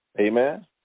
Amen